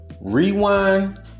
rewind